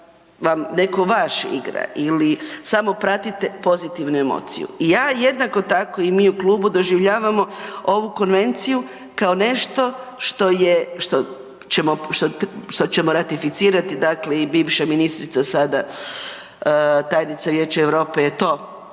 netko vaš igra ili samo pratite, pozitivnu emociju. Ja jednako i mi u klubu doživljavamo ovu konvenciju kao nešto što ćemo ratificirati, dakle i bivša ministra, sada tajnica Vijeća Europe je to